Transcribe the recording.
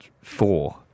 Four